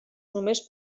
només